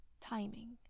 timing